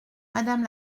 madame